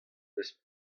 eus